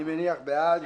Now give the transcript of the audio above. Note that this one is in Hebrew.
אני בעד.